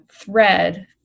thread